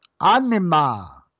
Anima